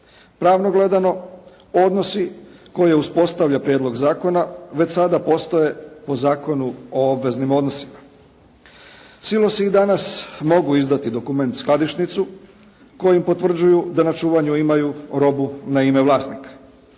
Pravno gledano, odnosi koje uspostavlja prijedlog zakona već sada postoje po Zakonu o obveznim odnosima. Silosi i danas mogu izdati dokument skladišnicu kojim potvrđuju da na čuvanju imaju robu na ime vlasnika.